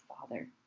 Father